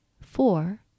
four